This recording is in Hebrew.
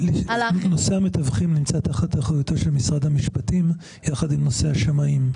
נושא המתווכים נמצא תחת אחריות משרד המשפטים יחד עם נושא השמאים.